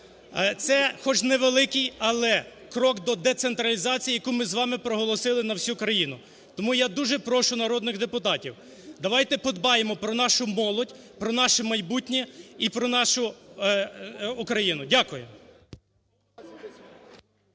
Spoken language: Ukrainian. Це хоч невеликий, але крок до децентралізації, яку ми з вами проголосили на всю країну. Тому я дуже прошу народних депутатів, давайте подбаємо про нашу молодь, про наше майбутнє і про нашу Україну. Дякую.